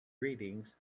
greetings